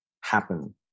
happen